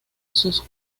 sus